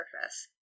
surface